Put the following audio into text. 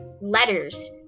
letters